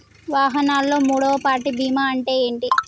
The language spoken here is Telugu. వాహనాల్లో మూడవ పార్టీ బీమా అంటే ఏంటి?